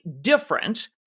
different